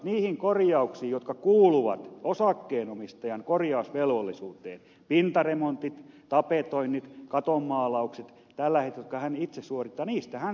niistä korjauksista jotka kuuluvat osakkeenomistajan korjausvelvollisuuteen pintaremontit tapetoinnit katon maalaukset tällaiset jotka hän itse suorittaa hän saa sen kotitalousvähennyksen